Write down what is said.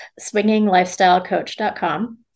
swinginglifestylecoach.com